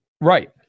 right